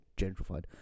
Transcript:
gentrified